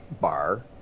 bar